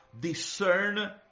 discern